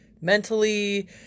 mentally